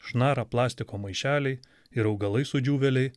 šnara plastiko maišeliai ir augalai sudžiūvėliai